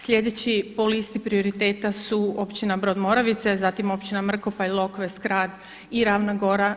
Slijedeći po listi prioriteta su općina Brod Moravice, zatim općina Mrkopalj, Lokve, Skrad i Ravna Gora.